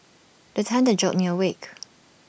the thunder jolt me awake